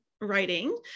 writing